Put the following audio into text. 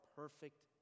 perfect